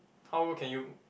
how can you